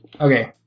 Okay